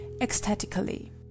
Ecstatically